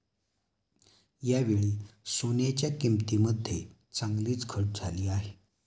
यावेळी सोन्याच्या किंमतीमध्ये चांगलीच घट झाली आहे